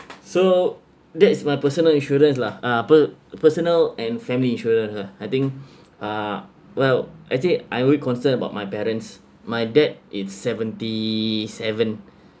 so that's my personal insurance lah uh per~ personal and family insurance I think uh well actually I would concerned about my parents my dad is seventy seven